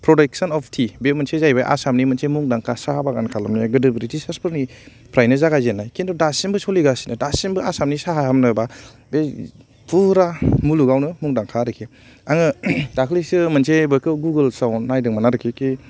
production of tea बे मोनसे जाहैबाय आसामनि मुंदांखा साहा बागान खालामनाय गोदो ब्रिटिच फोरनिफ्रायनो जागाय जोन्नाय खिन्थु दासिमबो सलिगासिनो दासिमबो आसामनि साहा होनोबा बे फुरा मुलुगावनो मुंदांखा आर्खि आङो दाख्लिसो मोनसे बेखौ गुगलस् आव नायदोंमोन आर्खि कि